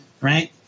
right